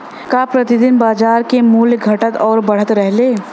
का प्रति दिन बाजार क मूल्य घटत और बढ़त रहेला?